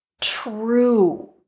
true